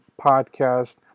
Podcast